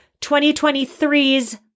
2023's